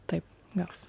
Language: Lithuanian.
taip gavosi